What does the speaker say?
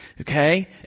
okay